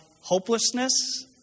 hopelessness